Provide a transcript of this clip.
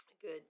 Good